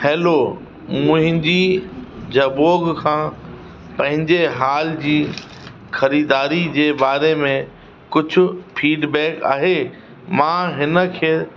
hello मुंहिंजी जबोग खां पंहिंजे हाल जी ख़रीदारी जे बारे में कुझु फीडबैक आहे मां हिन खे